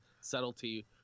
subtlety